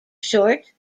short